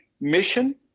mission